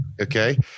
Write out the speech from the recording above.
Okay